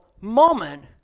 moment